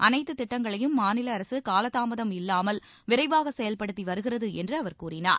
அனைத்து திட்டங்களையும் மாநில அரசு காலதாமதம் இல்லாமல் விரைவாக செயல்படுத்தி வருகிறது என்று அவர் கூறினார்